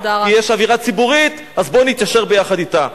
כי יש אווירה ציבורית אז בוא נתיישר יחד אתה.